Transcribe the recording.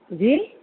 जी